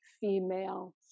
female